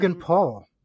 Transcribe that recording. Paul